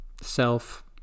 self